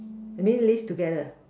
that means live together